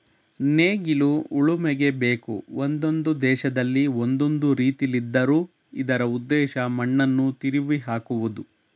ನೇಗಿಲು ಉಳುಮೆಗೆ ಬೇಕು ಒಂದೊಂದು ದೇಶದಲ್ಲಿ ಒಂದೊಂದು ರೀತಿಲಿದ್ದರೂ ಇದರ ಉದ್ದೇಶ ಮಣ್ಣನ್ನು ತಿರುವಿಹಾಕುವುದು